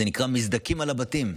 זה נקרא: מזדכים על הבתים.